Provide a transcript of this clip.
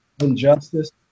injustice